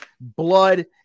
Blood